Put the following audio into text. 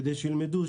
כדי שילמדו,